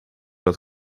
dat